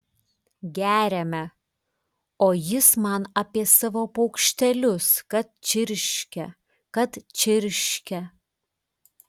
geriame o jis man apie savo paukštelius kad čirškia kad čirškia